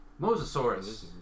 Mosasaurus